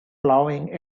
plowing